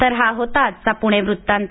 तर हा होता आजचा पुणे वृत्तांत